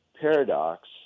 paradox